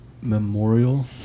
memorial